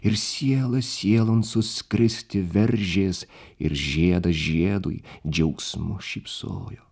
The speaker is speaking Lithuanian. ir siela sielon suskristi veržės ir žiedas žiedui džiaugsmu šypsojo